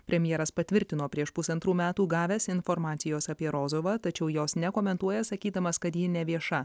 premjeras patvirtino prieš pusantrų metų gavęs informacijos apie rozovą tačiau jos nekomentuoja sakydamas kad ji nevieša